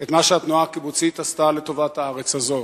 את מה שהתנועה הקיבוצית עשתה לטובת הארץ הזאת.